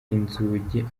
inzugi